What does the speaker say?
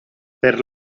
per